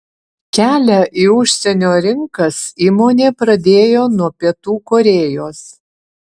kelią į užsienio rinkas įmonė pradėjo nuo pietų korėjos